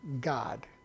God